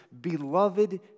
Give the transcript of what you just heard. beloved